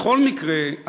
בכל מקרה,